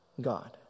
God